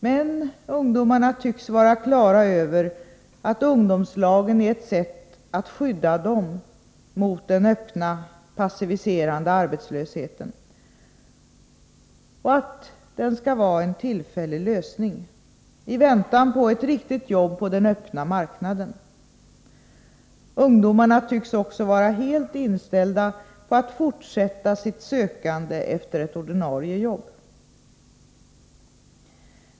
Men ungdomarna tycks vara på det klara med att ungdomslagen är ett sätt att skydda dem mot den öppna, passiviserande arbetslösheten och att den skall vara en tillfällig lösning — i väntan på ett ”riktigt” jobb på den öppna marknaden. Ungdomarna tycks också vara helt inställda på att fortsätta sitt sökande efter ett ordinarie jobb.